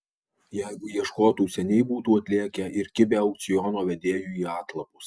jeigu ieškotų seniai būtų atlėkę ir kibę aukciono vedėjui į atlapus